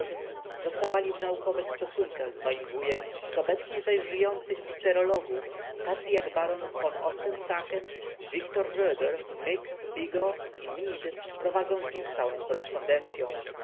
zostawali w naukowych stosunkach z moim wujem z obecnie zaś żyjących dipterologów tacy jak baron von ostensacken wiktor roeder mick bigot i meade prowadzą z nim stałą korespondencyą